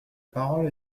parole